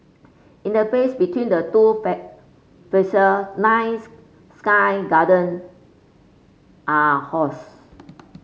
in the space between the two nine sky garden are housed